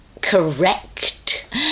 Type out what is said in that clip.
Correct